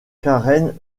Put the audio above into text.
karen